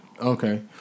Okay